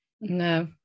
no